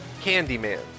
Candyman